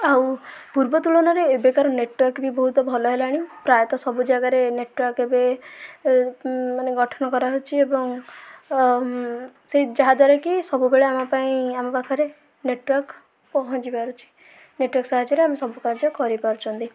ଆଉ ପୂର୍ବ ତୁଳନାରେ ଏବେକାର ନେଟ୍ୱାର୍କ ବି ବହୁତ ଭଲ ହେଲାଣି ପ୍ରାୟତଃ ସବୁ ଜାଗାରେ ନେଟ୍ୱାର୍କ ଏବେ ଏ ମାନେ ଗଠନ କରାହେଉଛି ଏବଂ ସେ ଯାହାଦ୍ଵାରା କି ସବୁବେଳେ ଆମପାଇଁ ଆମ ପାଖରେ ନେଟ୍ୱାର୍କ ପହଞ୍ଚି ପାରୁଛି ନେଟ୍ୱାର୍କ ସାହାଯ୍ୟରେ ଆମେ ସବୁ କାର୍ଯ୍ୟ କରିପାରୁଛନ୍ତି